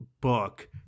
book